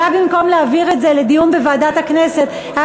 אולי במקום להעביר את זה לדיון בוועדת הכנסת היה